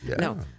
No